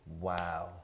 Wow